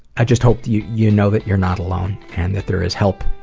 i just hope you you know that you're not alone and that there is help.